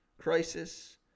crisis